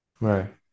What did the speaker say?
Right